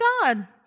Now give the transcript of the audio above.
God